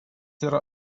yra